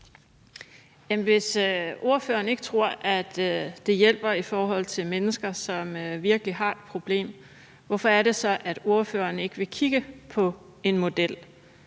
hvis ordføreren ikke tror, at det hjælper i forhold til mennesker, som virkelig har et problem, hvorfor er det så, at ordføreren ikke vil kigge på en model,